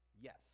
Yes